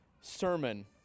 sermon